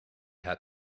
had